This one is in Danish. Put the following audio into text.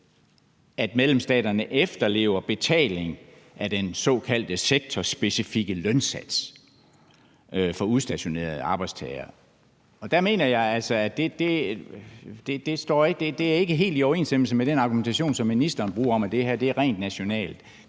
at medlemsstaterne efterlever kravet om betaling af den såkaldte sektorspecifikke lønsats for udstationerede arbejdstagere. Der mener jeg altså ikke, at det er helt i overensstemmelse med den argumentation, ministeren bruger om, at det her er rent nationalt.